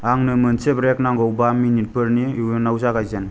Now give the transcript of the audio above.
आंंनो मोनसे ब्रेक नांगौ बा मिनिटफोरनि उनाव जागायजेन